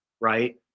right